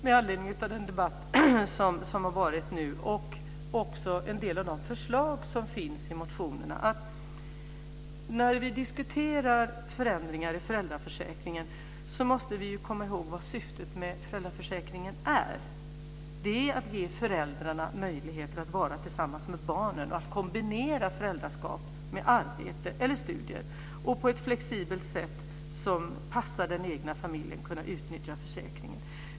Med anledning av den debatt som nu har förts och en del av de förslag som finns i motionerna vill jag säga att när vi diskuterar förändringar i föräldraförsäkringen måste vi komma ihåg vad syftet med försäkringen är. Det är att ge föräldrarna möjlighet att vara tillsammans med barnen, att kunna kombinera föräldraskap med arbete eller studier och på ett flexibelt sätt som passar den egna familjen kunna utnyttja försäkringen.